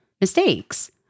mistakes